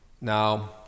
now